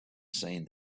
seen